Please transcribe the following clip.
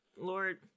Lord